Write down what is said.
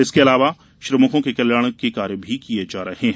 इसके अलावा श्रमिकों के कल्याण के कार्य भी किये जा रहे हैं